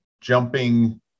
jumping